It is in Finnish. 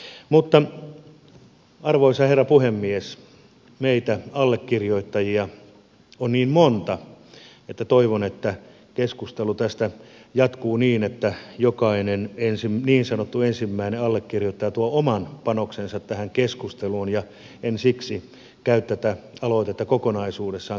mutta arvoisa herra puhemies meitä allekirjoittajia on niin monta että toivon että keskustelu tästä jatkuu niin että jokainen niin sanottu ensimmäinen allekirjoittaja tuo oman panoksensa tähän keskusteluun ja en siksi käy tätä aloitetta kokonaisuudessaan käymään läpi